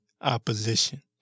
opposition